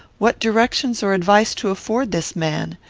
what directions or advice to afford this man.